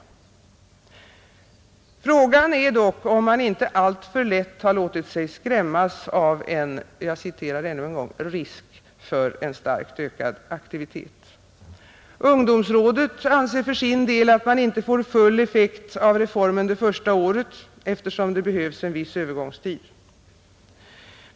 Frågan är dock om man inte alltför lätt har låtit sig skrämmas av en ”risk” för starkt ökad aktivitet. Ungdomsrådet anser för sin del att reformen inte får full effekt det första året, eftersom det behövs en viss övergångstid.